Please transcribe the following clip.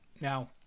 Now